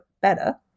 better